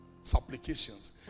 supplications